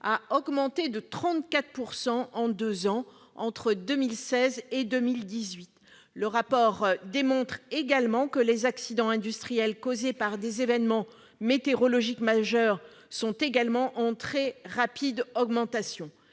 a augmenté de 34 % en deux ans, entre 2016 et 2018. Le rapport démontre que les accidents industriels causés par des événements météorologiques majeurs sont également en très rapide augmentation.